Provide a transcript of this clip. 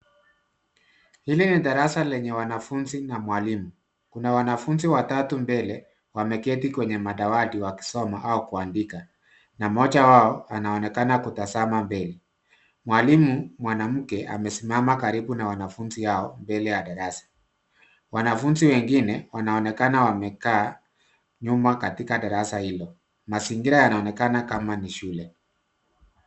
Lile ni darasa lenye wanafunzi na mwalimu. Kuna wanafunzi watatu mbele wameketi kwenye madawati wakisoma au kuandika na mmoja wao anaonekana kutazama mbele. Mwalimu mwanamke amesimama karibu na wanafunzi hao mbele ya darasa. Wanafunzi wengine wanaonekana wamekaa nyuma katika darasa hilo. Mazingira yanaonekana kama ni shule.